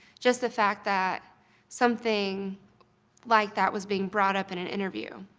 just the fact that something like that was being brought up in an interview.